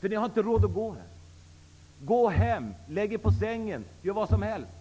för ni har inte råd att gå i skola. Gå hem! Lägg er på sängen! Gör vad som helst!